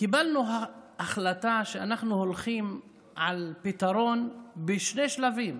קיבלנו החלטה שאנחנו הולכים על פתרון בשני שלבים: